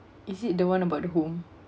is it the one about the home